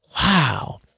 wow